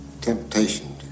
temptation